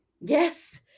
yes